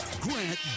Grant